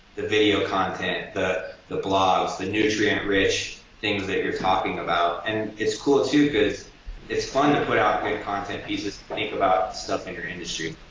the video content, the the blogs, the nutrient-rich things that you're talking about and it's cool too cause it's fun to put out good content pieces, think about stuff in your industry.